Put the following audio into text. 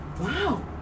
wow